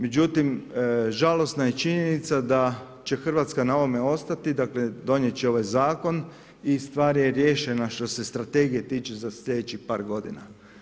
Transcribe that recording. Međutim, žalosna je činjenica da će Hrvatska na ovome ostati, dakle donijet će ovaj zakon i stvar je riješena što se strategije tiče za sljedećih par godina.